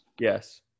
Yes